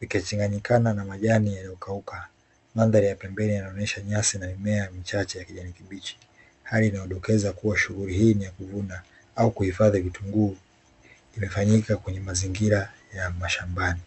vikichanganyikana na majani yaliyokauka. Mandari ya pembeni yanaonyesha nyasi na mimea michache ya kijani kibichi hali inayodokeza kuwa shughuli hii ni ya kuvuna au kuhifadhi vitunguu imefanyika kwenye mazingira ya mashambani.